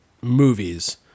movies